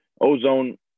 ozone